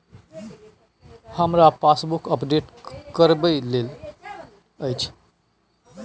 हमरा passbook update करैबे के अएछ?